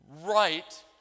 Right